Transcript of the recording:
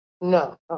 No